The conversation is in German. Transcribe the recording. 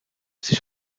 sich